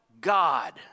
God